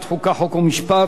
חבר הכנסת דוד רותם.